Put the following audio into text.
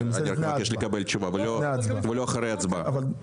אני מבקש לקבל תשובה ולא אחרי הצבעה.